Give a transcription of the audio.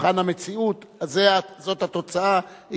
במבחן המציאות, זו התוצאה.